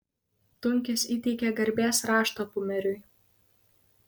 tunkis įteikė garbės raštą pumeriui